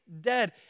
dead